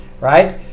right